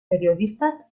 periodistas